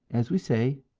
as we say,